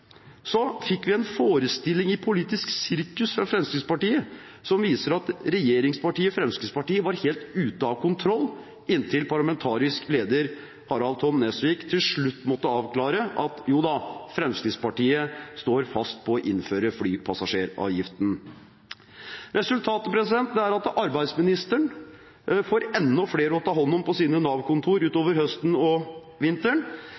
fikk vi en forestilling i politisk sirkus fra Fremskrittspartiet som viste at regjeringspartiet Fremskrittspartiet var helt ute av kontroll, inntil parlamentarisk leder, Harald T. Nesvik, til slutt måtte avklare at jo da, Fremskrittspartiet står fast ved å innføre flypassasjeravgiften. Resultatet er at arbeidsministeren får enda flere å ta hånd om på sine Nav-kontorer utover høsten og vinteren.